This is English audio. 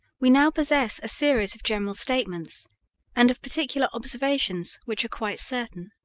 we now possess a series of general statements and of particular observations which are quite certain.